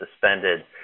suspended